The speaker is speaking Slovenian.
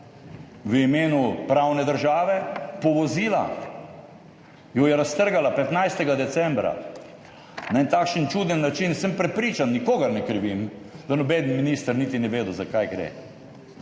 v imenu pravne države povozila, jo je raztrgala 15. decembra na en takšen čuden način. Sem prepričan – nikogar ne krivim – da noben minister niti ni vedel, za kaj gre.